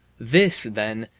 this, then,